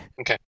Okay